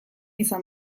izan